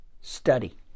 Study